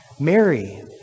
Mary